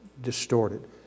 distorted